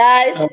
Guys